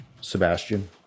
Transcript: Sebastian